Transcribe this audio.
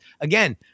again